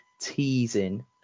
teasing